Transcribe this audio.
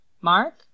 Mark